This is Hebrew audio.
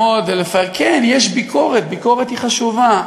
כן, יש ביקורת, ביקורת היא חשובה.